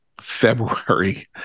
February